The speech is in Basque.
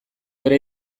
ere